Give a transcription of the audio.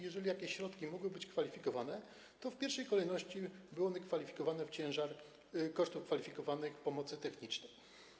Jeżeli jakieś środki mogły być kwalifikowane, to w pierwszej kolejności były one kwalifikowane w ciężar kosztów kwalifikowanych pomocy technicznej.